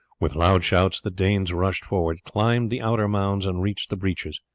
with loud shouts the danes rushed forward, climbed the outer mounds, and reached the breaches.